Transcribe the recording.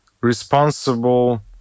responsible